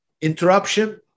interruption